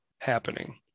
happening